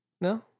No